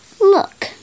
Look